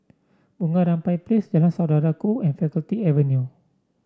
Bunga Rampai Place Jalan Saudara Ku and Faculty Avenue